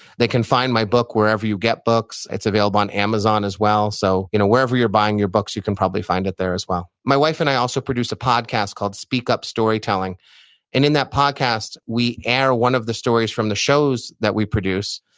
they can find my book wherever you get books. it's available on amazon as well. so wherever you're buying your books, you can probably find it there as well. my wife and i also produce a podcast called speak up storytelling, and in that podcast we air one of the stories from the shows that we produce,